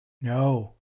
No